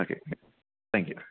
okay thank you